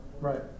right